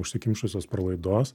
užsikimšusios pralaidos